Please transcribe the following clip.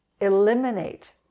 eliminate